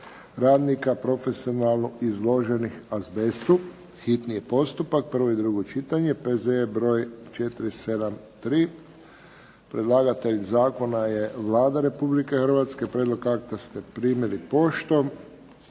radnika profesionalno izloženih azbestu, hitni postupak, prvo i drugo čitanje, P.Z. br. 473 Predlagatelj zakona je Vlada Republike Hrvatske. Prijedlog akta primili ste poštom.